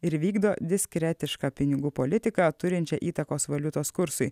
ir vykdo diskretišką pinigų politiką turinčią įtakos valiutos kursui